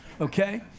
okay